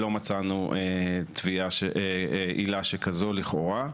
לא מצאנו עילה שכזו לכאורה.